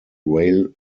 rail